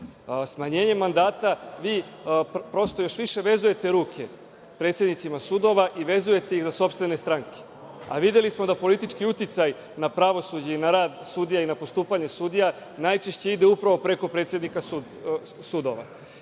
čini.`Smanjenjem mandata vi još više vezujete ruke predsednicima sudova i vezujete ih za sopstvene stranke, a videli smo da politički uticaj na pravosuđe i na rad sudija i na postupanje sudija, najčešće ide upravo preko predsednika sudova.